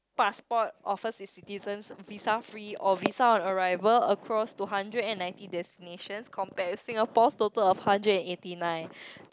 passport offers it's citizens visa free or visa on arrival across to hundred and ninety destinations compared to Singapore's total of hundred and eighty nine